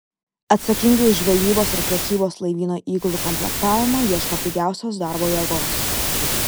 atsakingi už žvejybos ar prekybos laivyno įgulų komplektavimą ieško pigiausios darbo jėgos